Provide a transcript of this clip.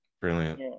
Brilliant